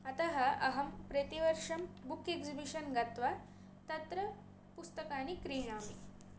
अतः अहं प्रतिवर्षं बुक् एक्सिबिशन् गत्वा तत्र पुस्तकानि क्रीणामि